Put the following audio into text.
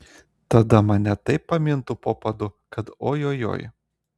tada mane taip pamintų po padu kad ojojoi